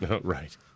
Right